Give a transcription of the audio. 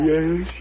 Yes